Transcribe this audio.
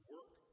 Work